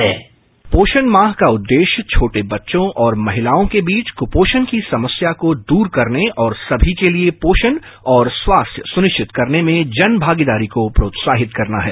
sound bite पोषण माह का उद्देश्य छोटे बच्चों और महिलाओं के बीच कुपोषण की समस्या को दूर करने और समी के लिए पोषण और स्वास्थ्य सुनिश्चित करने में जनभागीदारी को प्रोत्साहित करना है